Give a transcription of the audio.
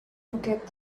forget